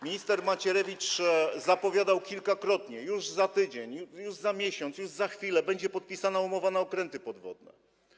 Minister Macierewicz zapowiadał kilkakrotnie: Już za tydzień, już za miesiąc, już za chwilę będzie podpisana umowa na okręty podwodne.